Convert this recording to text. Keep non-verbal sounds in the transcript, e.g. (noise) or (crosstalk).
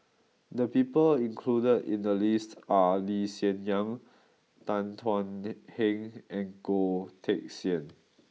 the people included in the list are Lee Hsien Yang Tan Thuan (hesitation) Heng and Goh Teck Sian